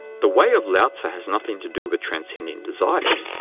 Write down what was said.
the way of lao-tzu has nothing to do with transcending desires,